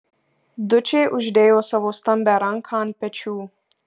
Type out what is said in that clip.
dučė uždėjo savo stambią ranką ant pečių